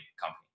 company